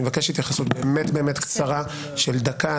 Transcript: אני מבקש התייחסות באמת קצרה של דקה,